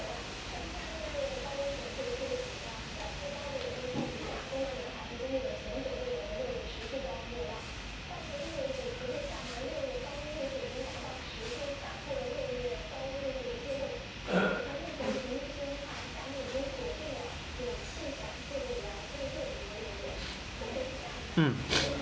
mm